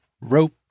rope